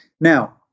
Now